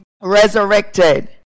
resurrected